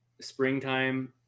springtime